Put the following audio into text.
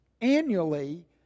Annually